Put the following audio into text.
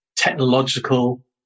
technological